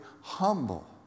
humble